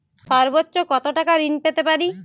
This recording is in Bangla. সর্বোচ্চ কত টাকা ঋণ পেতে পারি?